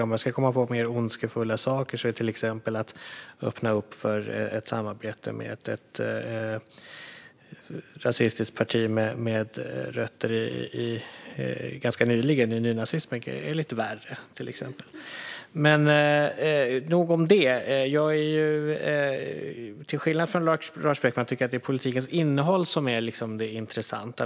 Om jag ska komma på mer ondskefulla saker kan jag tycka att till exempel att öppna upp för samarbete med ett rasistiskt parti som har rötter i nynazismen är lite värre. Men nog om det. Till skillnad från Lars Beckman tycker jag att det är politikens innehåll som är det intressanta.